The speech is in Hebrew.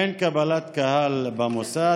אין קבלת קהל במוסד,